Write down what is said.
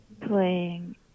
playing